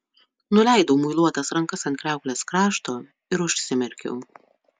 nuleidau muiluotas rankas ant kriauklės krašto ir užsimerkiau